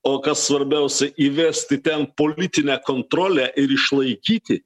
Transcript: o kas svarbiausia įvesti ten politinę kontrolę ir išlaikyti